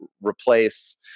replace